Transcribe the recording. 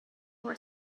were